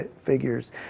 figures